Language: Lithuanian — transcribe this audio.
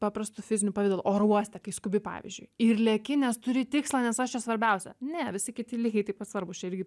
paprastu fiziniu pavidalu oro uoste kai skubi pavyzdžiui ir leki nes turi tikslą nes aš čia svarbiausia ne visi kiti lygiai taip pat svarbūs čia irgi